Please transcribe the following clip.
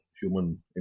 human